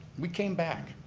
we came back.